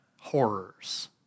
horrors